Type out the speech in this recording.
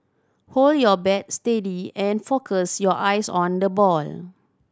hold your bat steady and focus your eyes on the ball